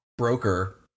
broker